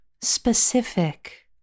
specific